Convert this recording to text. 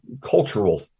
cultural